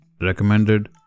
recommended